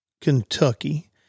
Kentucky